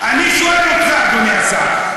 אני שואל אותך, אדוני השר.